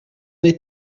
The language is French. est